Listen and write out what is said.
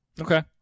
Okay